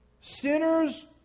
Sinners